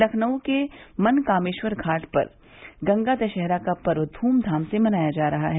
लखनऊ के मनकामेश्वर घाट पर गंगा दशहरा का पर्व ध्क्याम से मनाया जा रहा है